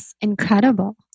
incredible